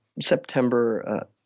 September